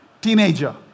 teenager